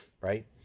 right